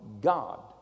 God